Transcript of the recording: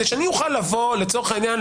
כדי שאני אוכל לבוא לצורך העניין,